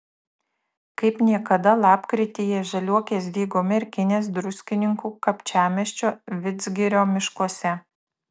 kaip niekada lapkrityje žaliuokės dygo merkinės druskininkų kapčiamiesčio vidzgirio miškuose